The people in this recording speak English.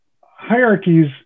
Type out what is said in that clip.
hierarchies